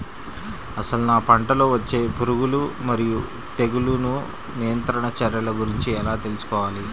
అసలు నా పంటలో వచ్చే పురుగులు మరియు తెగులుల నియంత్రణ చర్యల గురించి ఎలా తెలుసుకోవాలి?